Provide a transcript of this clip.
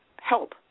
help